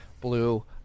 blue